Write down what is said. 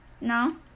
No